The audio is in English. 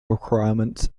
requirements